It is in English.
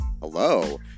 hello